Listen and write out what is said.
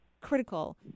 critical